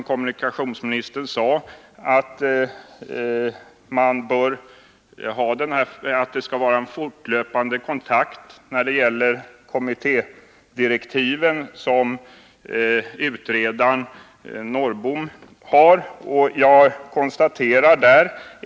Kommunikationsministern sade att syftet med det utredningsuppdrag som Claes-Eric Norrbom har fått skall vara att hålla fortlöpande kontakt med berörda intressenter.